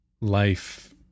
life